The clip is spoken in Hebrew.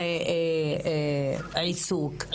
העיסוק,